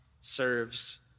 serves